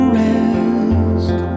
rest